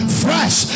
fresh